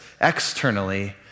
externally